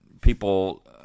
people